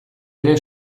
ere